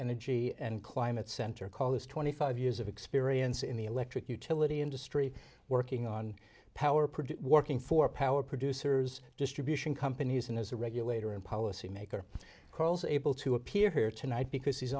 energy and climate center called his twenty five years of experience in the electric utility industry working on power produce working for power producers distribution companies and as a regulator and policy maker able to appear here tonight because he's